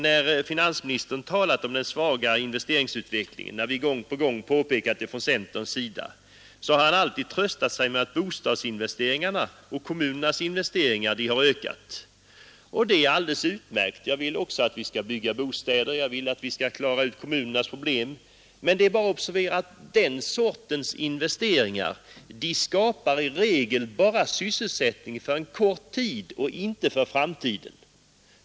När finansministern har talat om den svaga investeringsutvecklingen när vi gång på gång påpekat detta från centerns sida — har han alltid tröstat sig med att bostadsinvesteringarna och kommunernas investeringar har ökat. Det är alldeles utmärkt. Jag vill också att vi skall bygga bostäder; jag vill att vi skall klara ut kommunernas problem, men det är bara att observera att den sortens investeringar i regel bara skapar sysselsättning för en kort tid och inte för framtiden.